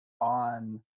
on